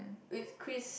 with Chris